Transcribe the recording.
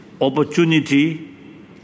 opportunity